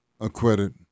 acquitted